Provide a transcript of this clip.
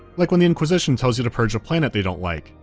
like when the inquisition tells you to purge a planet they don't like.